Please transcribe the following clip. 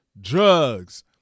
drugs